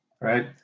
right